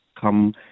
come